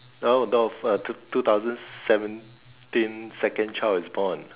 no no fir~ two two thousand seventeen second child is born